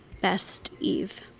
best, eve